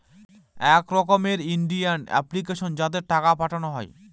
এক রকমের Indian application যাতে টাকা পাঠানো হয়